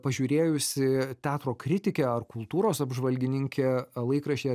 pažiūrėjusi teatro kritikė ar kultūros apžvalgininkė laikraštyje